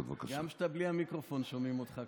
כשאתה בלי המיקרופון שומעים אותך,